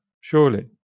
surely